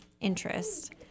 interest